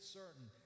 certain